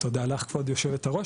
תודה לך כבוד היו"ר,